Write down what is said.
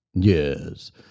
Yes